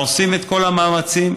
עושים את כל המאמצים,